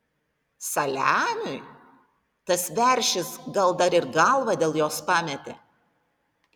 saliamiui tas veršis gal dar ir galvą dėl jos pametė